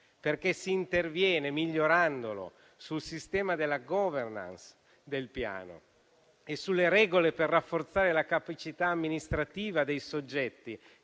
si interviene, migliorandolo, sul sistema della *governance* del Piano e sulle regole per rafforzare la capacità amministrativa dei soggetti